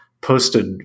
posted